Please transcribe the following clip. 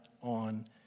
on